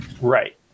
right